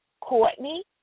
Courtney